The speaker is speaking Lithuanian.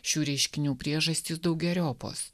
šių reiškinių priežastys daugeriopos